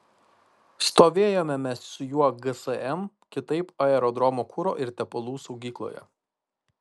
stovėjome mes su juo gsm kitaip aerodromo kuro ir tepalų saugykloje